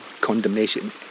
condemnation